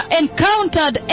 encountered